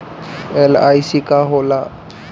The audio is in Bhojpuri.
एल.आई.सी का होला?